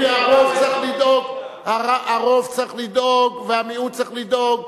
הרוב צריך לדאוג והמיעוט צריך לדאוג.